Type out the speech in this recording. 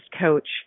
coach